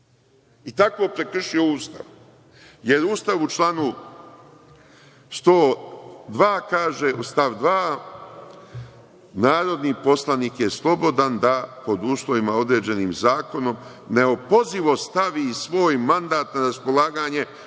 i tako prekršio Ustav. Ustav u članu 102. stav 2. kaže – narodni poslanik je slobodan da pod uslovima određenim zakonom neopozivo stavi svoj mandat na raspolaganje